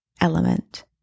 element